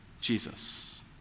Jesus